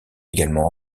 également